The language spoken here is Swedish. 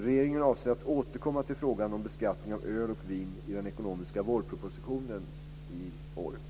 Regeringen avser att återkomma till frågan om beskattningen av öl och vin i den ekonomiska vårpropositionen 2001.